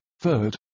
third